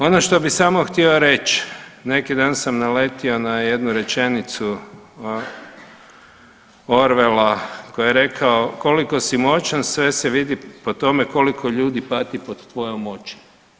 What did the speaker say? Ono što bi samo htio reć, neki dan sam naletio na jednu rečenicu Orwella koji je rekao koliko si moćan sve se vidi po tome koliko ljudi pati pod tvojom moći.